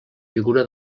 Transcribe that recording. figura